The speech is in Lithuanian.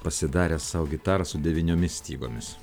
pasidaręs sau gitarą su devyniomis stygomis